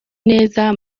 neza